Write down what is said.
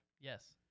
Yes